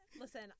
listen